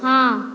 हॅं